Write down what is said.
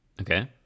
Okay